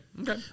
okay